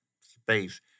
space